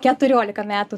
keturiolika metų